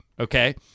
Okay